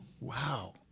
Wow